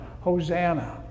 Hosanna